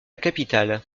capitale